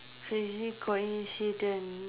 crazy coincidence